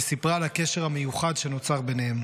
שסיפרה על הקשר המיוחד שנוצר ביניהם: